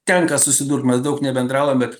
tenka susidurt mes daug nebendraujam bet